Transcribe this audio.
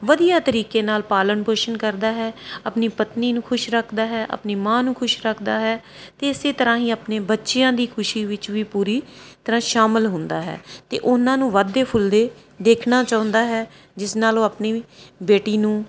ਵਧੀਆ ਤਰੀਕੇ ਨਾਲ ਪਾਲਣ ਪੋਸ਼ਣ ਕਰਦਾ ਹੈ ਆਪਣੀ ਪਤਨੀ ਨੂੰ ਖੁਸ਼ ਰੱਖਦਾ ਹੈ ਆਪਣੀ ਮਾਂ ਨੂੰ ਖੁਸ਼ ਰੱਖਦਾ ਹੈ ਅਤੇ ਇਸੇ ਤਰ੍ਹਾਂ ਹੀ ਆਪਣੇ ਬੱਚਿਆਂ ਦੀ ਖੁਸ਼ੀ ਵਿੱਚ ਵੀ ਪੂਰੀ ਤਰ੍ਹਾਂ ਸ਼ਾਮਲ ਹੁੰਦਾ ਹੈ ਅਤੇ ਉਨ੍ਹਾਂ ਨੂੰ ਵੱਧਦੇ ਫੁੱਲਦੇ ਦੇਖਣਾ ਚਾਹੁੰਦਾ ਹੈ ਜਿਸ ਨਾਲ ਉਹ ਆਪਣੀ ਬੇਟੀ ਨੂੰ